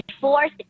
fourth